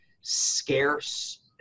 scarce